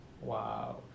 Wow